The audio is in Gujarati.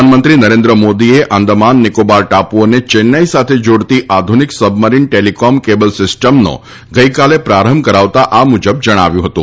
પ્રધાનમંત્રી નરેન્વ્ય મોદીએ આંદામાન નિકોબાર ટાપુઓને ચેન્નાઈ સાથે જોડતી આધુનિક સબમરીન ટેલિકોમ કેબલ સિસ્ટમનો ગઈકાલે પ્રારંભ કરાવતા આ મુજબ જણાવ્યું હતું